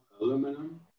aluminum